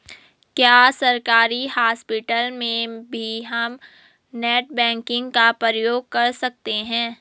क्या सरकारी हॉस्पिटल में भी हम नेट बैंकिंग का प्रयोग कर सकते हैं?